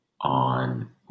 on